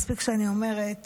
מספיק שאני אומרת